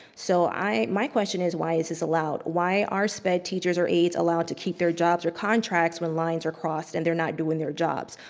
so i, my question is, why is this allowed? why are sped teachers or aids allowed to keep their jobs or contracts when lines are crossed and they're not doing their jobs?